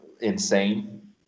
insane